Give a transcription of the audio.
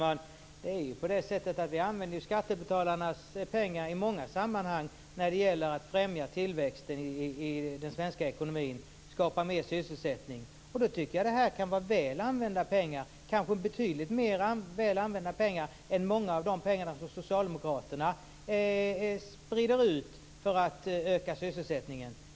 Herr talman! Vi använder ju skattebetalarnas pengar i många sammanhang när det gäller att främja tillväxten i den svenska ekonomin och skapa mer sysselsättning. Jag tycker att detta kan vara väl använda pengar, kanske betydligt mer väl använda än många av de pengar som Socialdemokraterna sprider ut för att öka sysselsättningen.